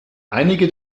einige